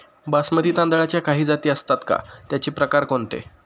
बासमती तांदळाच्या काही जाती असतात का, त्याचे प्रकार कोणते?